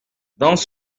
dans